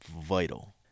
vital